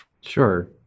Sure